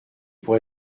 pour